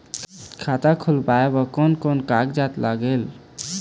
खाता खुलवाय बर कोन कोन कागजात लागेल?